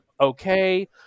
Okay